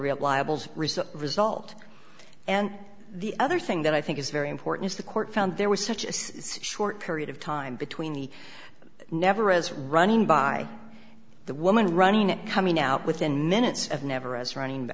research result and the other thing that i think is very important is the court found there was such a short period of time between the never as running by the woman running it coming out within minutes of never as running